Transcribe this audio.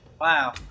Wow